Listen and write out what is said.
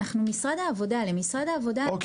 אנחנו משרד העבודה, למשרד העבודה אין את הנתון.